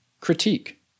critique